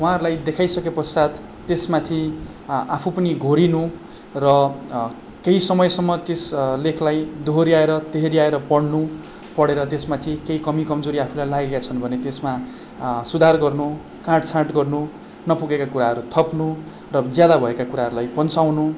उहाँहरूलाई देखाइसके पश्चात त्यसमाथि आफू पनि घोरिनु र केही समयसम्म त्यस लेखलाई दोहोर्याएर तेहर्याएर पढनु पढेर त्यसमाथि केही कमी कमजोरी लागेका छन् भने त्यसमा सुधार गर्नु काटछाँट गर्नु नपुगेका कुराहरू थप्नु र ज्यादा भएका कुराहरूलाई पन्साउनु